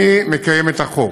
אני מקיים את החוק.